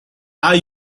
are